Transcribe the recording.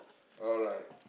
alright